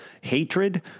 hatred